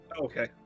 Okay